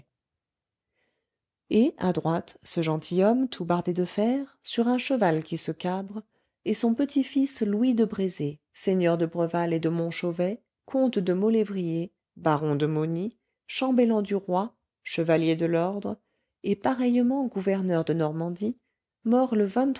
et à droite ce gentilhomme tout bardé de fer sur un cheval qui se cabre est son petit-fils louis de brézé seigneur de breval et de montchauvet comte de maulevrier baron de mauny chambellan du roi chevalier de l'ordre et pareillement gouverneur de normandie mort le